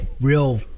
real